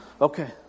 Okay